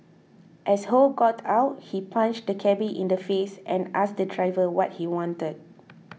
as Ho got out he punched the cabby in the face and asked the driver what he wanted